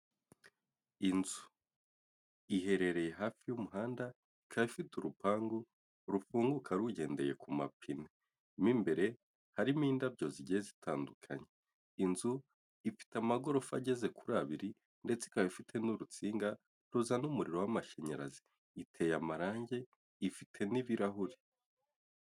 Inzu iherereye hafi y'umuhanda ikaba ifite urupangu rufunguka rugendeye ku mapine, mo imbere harimo indabyo zigiye zitandukanye . Inzu ifite amagorofa ageze kuri abiri ndetse ikaba ifite n'urutsinga ruzana umuriro w'amashanyarazi ,iteye amarangi ifite n'ibirahure.